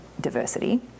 diversity